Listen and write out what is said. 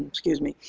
excuse me.